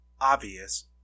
obvious